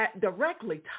directly